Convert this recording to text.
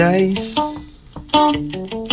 Dice